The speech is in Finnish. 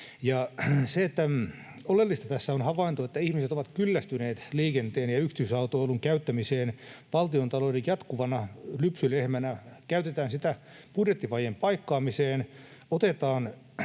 Oleellista tässä on havainto, että ihmiset ovat kyllästyneet liikenteen ja yksityisautoilun käyttämiseen valtiontalouden jatkuvana lypsylehmänä. Sitä käytetään budjettivajeen paikkaamiseen, otetaan